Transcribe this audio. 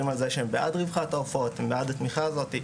על זה שהם בעד רווחת העופות והתמיכה הזאת,